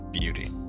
beauty